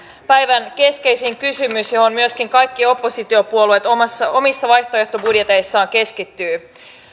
päivän keskeisin kysymys johon myöskin kaikki oppositiopuolueet omissa vaihtoehtobudjeteissaan keskittyvät